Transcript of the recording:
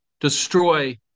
destroy